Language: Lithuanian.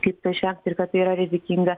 kaip to išvengti ir kad tai yra rizikinga